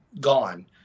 gone